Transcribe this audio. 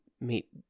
meet